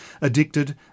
addicted